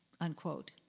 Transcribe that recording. unquote